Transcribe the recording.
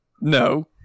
No